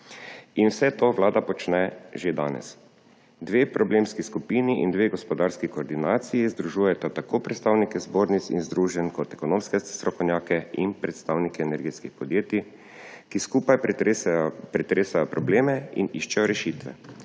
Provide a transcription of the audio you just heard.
In vse to vlada počne že danes. Dve problemski skupini in dve gospodarski koordinaciji združujeta tako predstavnike zbornic in združenj, kot ekonomske strokovnjake in predstavnike energetskih podjetij, ki skupaj pretresajo probleme in iščejo rešitve.